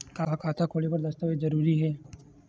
का खाता खोले बर दस्तावेज जरूरी हे?